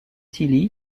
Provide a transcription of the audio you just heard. tilly